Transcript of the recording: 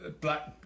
black